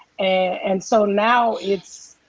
and so now it's,